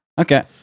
Okay